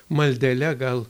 maldele gal